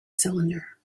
cylinder